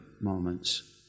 moments